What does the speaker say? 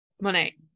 Monet